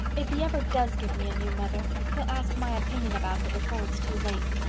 if he ever does give me a new mother, he'll ask my opinion about her before it's too late.